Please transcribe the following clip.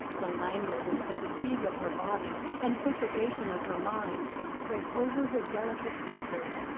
the languor which the fatigue of her body and perturbation of her mind spread over her delicate features,